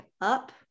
up